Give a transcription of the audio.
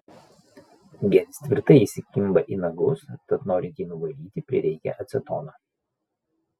gelis tvirtai įsikimba į nagus tad norint jį nuvalyti prireikia acetono